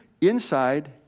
inside